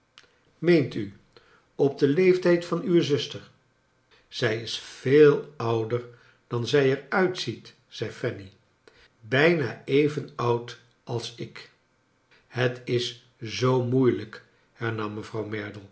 meent u op den leeftijd van uwe zuster zij is veel ouder dan zij er uitziet zei fanny bijna even oud als ik het is zoo moeilijk hernam mevrouw